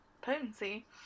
potency